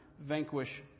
vanquish